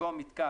במקום "מיתקן,